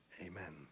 amen